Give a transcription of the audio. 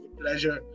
Pleasure